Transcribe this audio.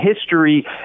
history